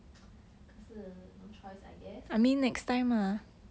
可是 no choice I guess